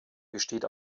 besteht